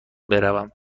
بروم